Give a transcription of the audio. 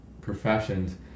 professions